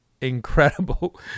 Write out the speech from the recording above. incredible